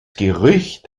gerücht